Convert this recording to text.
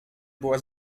była